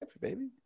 baby